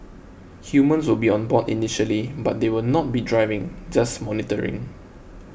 humans will be on board initially but they will not be driving just monitoring